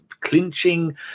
clinching